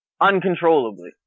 uncontrollably